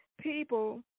people